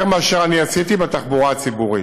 יותר מאשר אני עשיתי בתחבורה הציבורית: